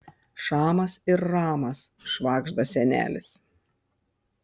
šamas ir ramas švagžda senelis